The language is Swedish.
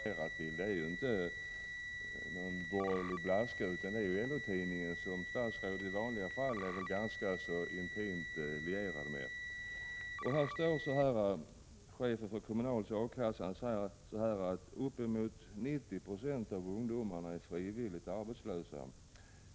Fru talman! Den tidning jag har refererat till är inte någon borgerlig blaska, utan det är LO-tidningen, som statsrådet i vanliga fall är ganska intimt lierad med. I artikeln står det att chefen för Kommunals A-kassa säger att ”upp mot 90 procent av ungdomarna är frivilligt arbetslösa.